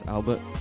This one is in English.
Albert